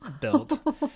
built